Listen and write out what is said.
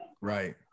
right